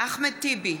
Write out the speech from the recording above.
אחמד טיבי,